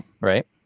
right